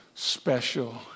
special